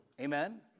Amen